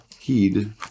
heed